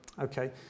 Okay